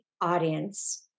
audience